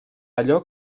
allò